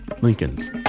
Lincoln's